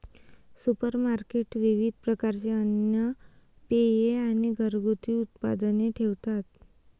supermarket विविध प्रकारचे अन्न, पेये आणि घरगुती उत्पादने ठेवतात